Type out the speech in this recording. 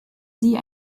sie